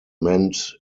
meant